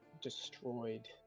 destroyed